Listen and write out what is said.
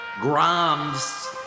Grom's